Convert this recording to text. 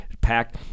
packed